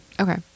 okay